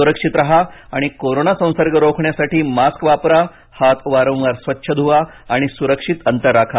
स्रक्षित राहा आणि कोरोना संसर्ग रोखण्यासाठी मास्क वापरा हात वारंवार स्वच्छ ध्वा आणि स्रक्षित अंतर राखा